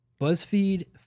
BuzzFeed